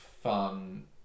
fun